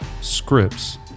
scripts